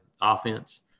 offense